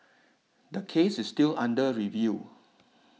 the case is still under review